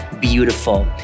beautiful